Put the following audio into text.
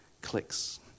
clicks